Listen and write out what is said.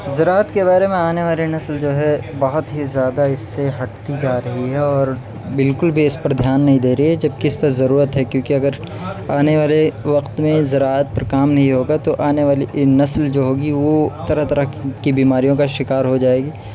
زراعت کے بارے میں آنے والی نسل جو ہے بہت ہی زیادہ اس سے ہٹتی جا رہی ہے اور بالکل بھی اس پر دھیان نہیں دے رہی ہے جب کہ اس پر ضرورت ہے کیوں کہ اگر آنے والے وقت میں زراعت پر کام نہیں ہوگا تو آنے والی نسل جو ہوگی وہ طرح طرح کی بیماریوں کا شکار ہو جائے گی